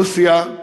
רוסיה,